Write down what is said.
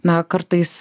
na kartais